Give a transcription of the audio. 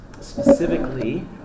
specifically